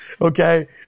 Okay